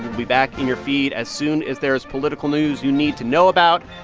we'll be back in your feed as soon as there is political news you need to know about.